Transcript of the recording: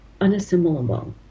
unassimilable